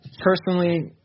personally